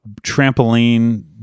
trampoline